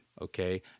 okay